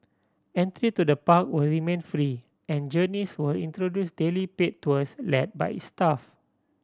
entry to the park will remain free and Journeys will introduce daily paid tours led by its staff